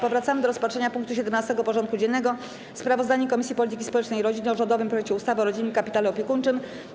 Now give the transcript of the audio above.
Powracamy do rozpatrzenia punktu 17. porządku dziennego: Sprawozdanie Komisji Polityki Społecznej i Rodziny o rządowym projekcie ustawy o rodzinnym kapitale opiekuńczym.